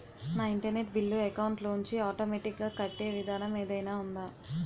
నా internet bill account లోంచి automatic గా కట్టే విధానం ఏదైనా ఉందా?